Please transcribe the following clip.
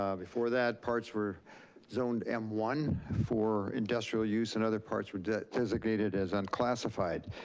um before that, parts were zoned m one for industrial use, and other parts were designated as unclassified.